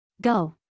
Go